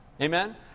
Amen